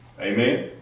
Amen